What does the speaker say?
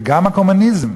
וגם הקומוניזם,